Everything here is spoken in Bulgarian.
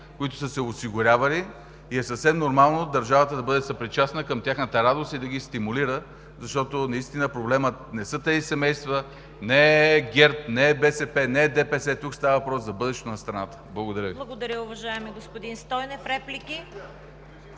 които са се осигурявали и е съвсем нормално държавата да бъде съпричастна към тяхната радост и да ги стимулира, защото наистина проблемът не са тези семейства, не е ГЕРБ, не е БСП, не е ДПС, тук става въпрос за бъдещето на страната. ПРЕДСЕДАТЕЛ